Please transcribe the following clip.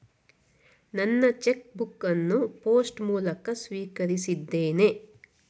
ನನ್ನ cheque book ಅನ್ನು post ಮೂಲಕ ಸ್ವೀಕರಿಸಿದ್ದೇನೆ